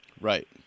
Right